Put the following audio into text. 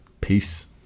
Peace